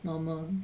normal